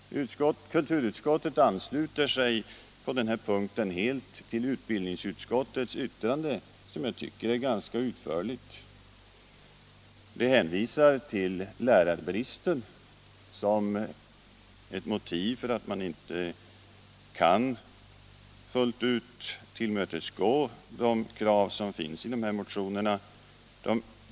Kulturutskottet ansluter sig på den här punkten helt till utbildningsutskottets yttrande. som jag tycker är ganska utförligt. Där hänvisas till lärarbristen som ett motiv för att man inte fullt ut kan tillmötesgå de krav som ställs i motionerna.